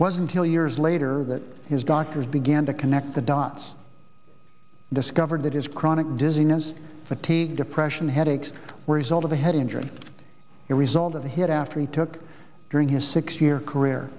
was until years later that his doctors began to connect the dots discovered that his chronic dizziness fatigue depression headaches were result of a head injury a result of the hit after he took during his six year career